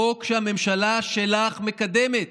חוק שהממשלה שלך מקדמת.